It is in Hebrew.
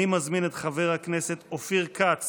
אני מזמין את חבר הכנסת אופיר כץ